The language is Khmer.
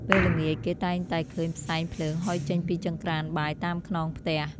ពេលល្ងាច គេតែងតែឃើញផ្សែងភ្លើងហុយចេញពីចង្រ្កានបាយតាមខ្នងផ្ទះ។